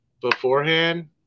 beforehand